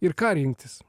ir ką rinktis